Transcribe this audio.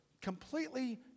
completely